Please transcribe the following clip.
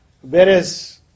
Whereas